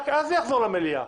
רק אז זה יחזור למליאה.